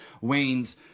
Wayne's